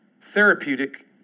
therapeutic